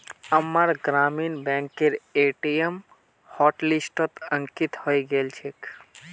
अम्मार ग्रामीण बैंकेर ए.टी.एम हॉटलिस्टत अंकित हइ गेल छेक